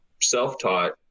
self-taught